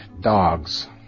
dogs